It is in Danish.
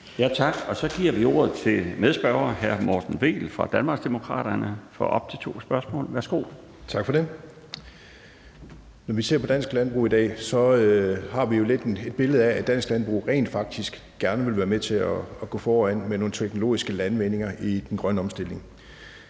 Tak. Så giver vi ordet til medspørgeren, hr. Morten Vehl fra Danmarksdemokraterne, for op til to spørgsmål. Værsgo. Kl. 14:05 Morten Vehl (DD): Tak for det. Når vi ser på dansk landbrug i dag, har vi jo lidt et billede af, at dansk landbrug rent faktisk gerne vil være med til at gå foran med nogle teknologiske landvindinger i forbindelse med den grønne omstilling.